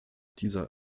dieser